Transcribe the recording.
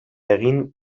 egin